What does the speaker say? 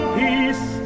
peace